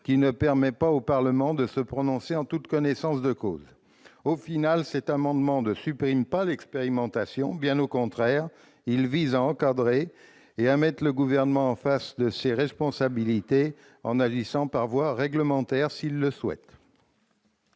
qui ne permet pas au Parlement de se prononcer en toute connaissance de cause. Au final, cet amendement ne tend pas à supprimer l'expérimentation. Bien au contraire, il vise à l'encadrer et à mettre le Gouvernement face à ses responsabilités, en agissant par voie réglementaire s'il le souhaite.